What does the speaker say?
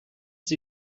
sie